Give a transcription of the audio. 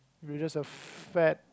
you're just a fat